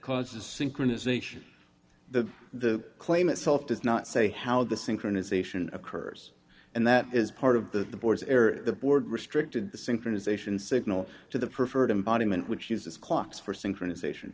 causes synchronization the the claim itself does not say how the synchronization occurs and that is part of the board's error the board restricted the synchronization signal to the preferred embodiment which uses clocks for synchronization